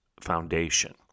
Foundation